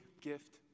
gift